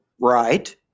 right